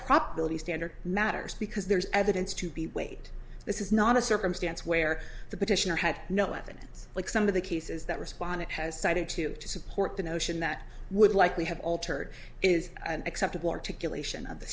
properly standard matters because there's evidence to be wait this is not a circumstance where the petitioner had no evidence like some of the cases that respondent has cited to support the notion that would likely have altered is an acceptable articulation of the